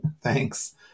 Thanks